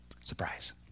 Surprise